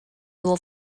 will